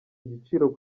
igiciro